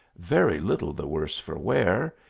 very little the worse for wear,